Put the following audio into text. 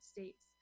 States